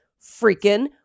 freaking